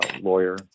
Lawyer